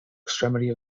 extremity